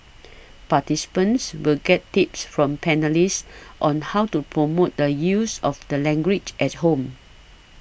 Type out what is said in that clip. participants will get tips from panellists on how to promote the use of the language at home